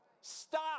Stop